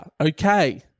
Okay